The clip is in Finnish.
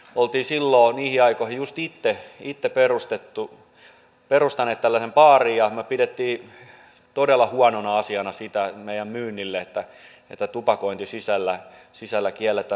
olimme silloin niihin aikoihin juuri itse perustaneet tällaisen baarin ja pidimme todella huonona asiana sitä meidän myynnillemme että tupakointi sisällä kielletään